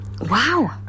Wow